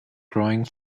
growing